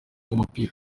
umupira